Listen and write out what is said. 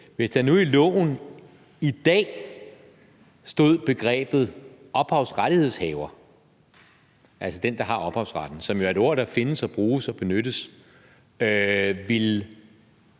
Hvis der nu i loven i dag stod begrebet ophavsrettighedshaver, altså den, der har ophavsretten, som jo er et ord, der findes og bruges og benyttes, ville